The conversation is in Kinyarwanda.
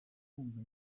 kumva